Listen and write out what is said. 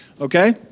Okay